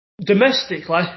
Domestically